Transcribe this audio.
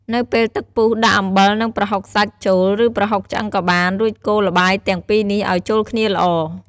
នៅពេលទឹកពុះដាក់អំពិល និង ប្រហុកសាច់ចូលឫប្រហុកឆ្អឺងក៏បាន រួចកូរល្បាយទាំងពីរនេះឲ្យចូលគ្នាល្អ។